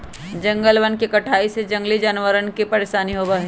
जंगलवन के कटाई से जंगली जानवरवन के परेशानी होबा हई